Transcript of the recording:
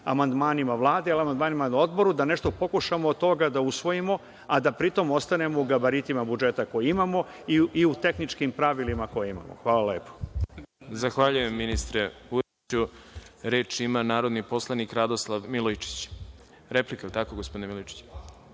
amandmanima Vlade, amandmanima na Odboru, da nešto pokušamo od toga da usvojimo, a da pritom ostanemo u gabaritima budžeta koji imamo i u tehničkim pravilima koje imamo. Hvala lepo. **Đorđe Milićević** Zahvaljujem, ministre Vujoviću. Reč ima narodni poslanik Radoslav Milojičić. Replika, je li tako, gospodine Milojičiću?